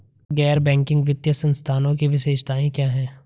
गैर बैंकिंग वित्तीय संस्थानों की विशेषताएं क्या हैं?